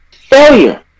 failure